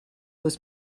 was